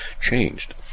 changed